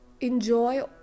enjoy